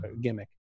gimmick